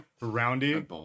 Roundy